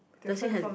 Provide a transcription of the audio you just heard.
does it have